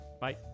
Bye